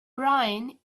brian